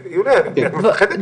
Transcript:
יוליה, את מפחדת?